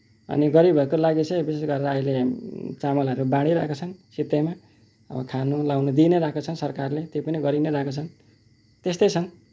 अनि गरिबहरूको लागि चाहिँ विशेष गरेर अहिले चामलहरू बाँडिरहेका छन् सित्तैमा अब खानु लाउनु दिइनै रहेको छ सरकारले त्यो पनि गरिनै रहेका छन् त्यस्तै छन्